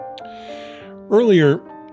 Earlier